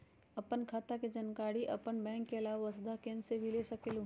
आपन खाता के जानकारी आपन बैंक के आलावा वसुधा केन्द्र से भी ले सकेलु?